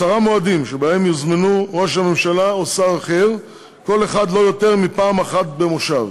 וזה יישאר כל הזמן, עד שיחליטו שזה לא מתאים.